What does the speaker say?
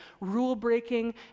rule-breaking